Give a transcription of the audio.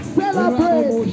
celebrate